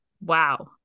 Wow